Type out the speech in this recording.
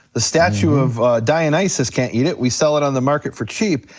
the statue of dionysus can't eat it, we sell it on the market for cheap.